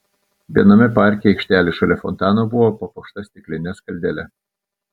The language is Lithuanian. viename parke aikštelė šalia fontano buvo papuošta stikline skaldele